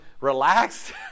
relaxed